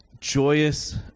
joyous